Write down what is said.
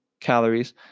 calories